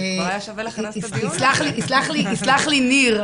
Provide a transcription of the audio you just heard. יסלח לי ניר,